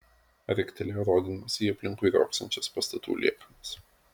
riktelėjo rodydamas į aplinkui riogsančias pastatų liekanas